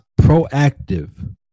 proactive